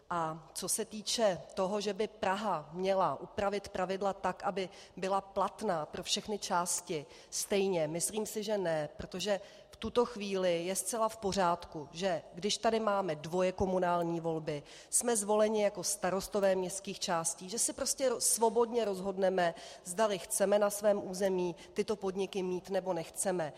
A co se týče toho, že by Praha měla upravit pravidla tak, aby byla platná pro všechny části stejně, myslím si, že ne, protože v tuto chvíli je zcela v pořádku, že když tady máme dvoje komunální volby, jsme zvoleni jako starostové městských částí, že si prostě svobodně rozhodneme, zdali chceme na svém území tyto podniky mít, nebo nechceme.